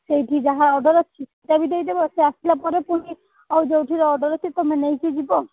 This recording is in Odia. ସେଇଠି ଯାହା ଅର୍ଡ଼ର୍ ଅଛି ଦେଇଦେବ ସେ ଆସିଲା ପରେ ପୁଣି ଆଉ ଯେଉଁଠି ଅର୍ଡ଼ର ଅଛି ତମେ ନେଇକି ଯିବ